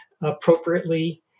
appropriately